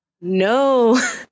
no